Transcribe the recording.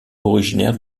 originaire